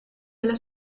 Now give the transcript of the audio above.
della